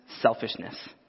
selfishness